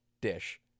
dish